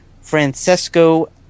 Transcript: Francesco